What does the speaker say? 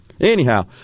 Anyhow